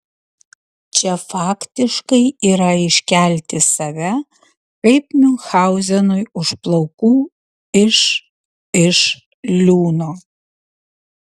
čia faktiškai yra iškelti save kaip miunchauzenui už plaukų iš iš liūno